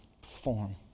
perform